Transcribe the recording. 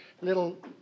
little